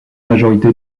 majorité